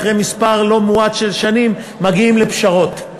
אחרי מספר לא מועט של שנים מגיעים לפשרות,